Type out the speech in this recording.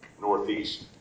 Northeast